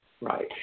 Right